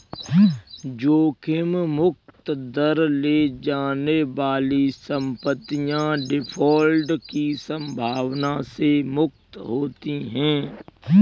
जोखिम मुक्त दर ले जाने वाली संपत्तियाँ डिफ़ॉल्ट की संभावना से मुक्त होती हैं